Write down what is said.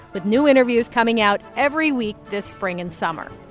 with new interviews coming out every week this spring and summer.